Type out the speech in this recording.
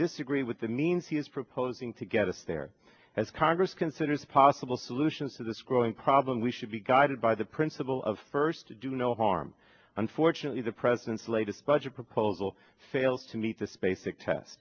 disagree with the means he is proposing to get us there as congress considers possible solutions to this growing problem we should be guided by the principle of first do no harm unfortunately the president's latest budget proposal fails to meet this basic test